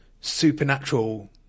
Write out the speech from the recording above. supernatural